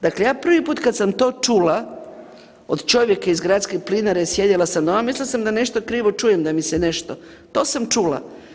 Dakle, ja prvi put kad sam to čula od čovjeka iz Gradske plinare, sjedila sam doma, mislila sam da nešto krivo čujem da mi se nešto, to sam čula.